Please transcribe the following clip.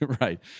right